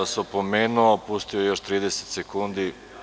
Opomenuo sam vas, pustio još 30 sekundi.